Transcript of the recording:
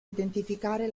identificare